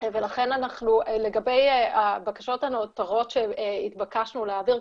לגבי הבקשות האחרות שהתבקשנו להעביר,